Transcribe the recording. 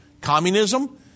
communism